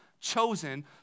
chosen